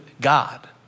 God